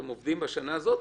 אתם עובדים בשנה הזאת,